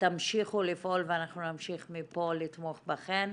תמשיכו לפעול ואני נמשיך מפה לתמוך בכן.